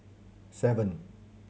seven